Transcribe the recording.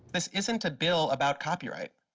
this isn't a bill about copyright,